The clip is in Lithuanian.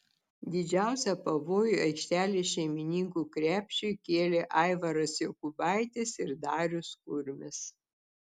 didžiausią pavojų aikštelės šeimininkų krepšiui kėlė aivaras jokubaitis ir darius kurmis